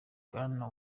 bwana